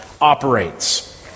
operates